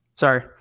Sorry